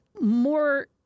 more –